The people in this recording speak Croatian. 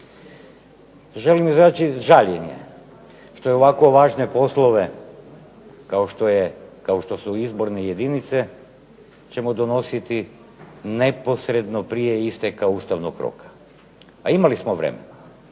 Želim izraziti žaljenje što je ovako važne poslove kao što su izborne jedinice ćemo donositi neposredno prije isteka Ustavnog roka, a imali smo vremena